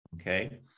Okay